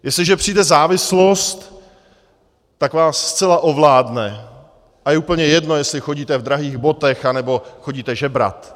Jestliže přijde závislost, tak vás zcela ovládne a je úplně jedno, jestli chodíte v drahých botách anebo chodíte žebrat.